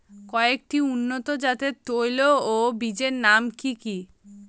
কয়েকটি উন্নত জাতের তৈল ও বীজের নাম কি কি?